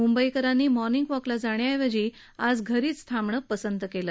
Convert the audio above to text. मुंबईकरांनी मॉर्निंग वॉकला जाण्याऐवजी आज घरीच थाबंणं पसंत केलं